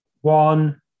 one